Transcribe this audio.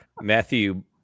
Matthew